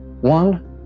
one